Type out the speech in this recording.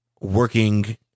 working